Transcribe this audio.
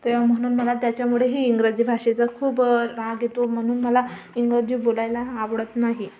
त्या म्हणून मला त्याच्यामुळेही इंग्रजी भाषेचा खूप राग येतो म्हणून मला इंग्रजी बोलायला आवडत नाही